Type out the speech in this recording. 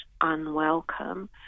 unwelcome